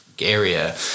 area